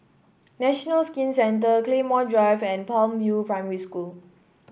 National Skin Centre Claymore Drive and Palm View Primary School